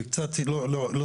והיא קצת לא מאוזנת.